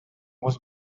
was